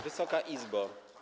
Wysoka Izbo!